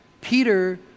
Peter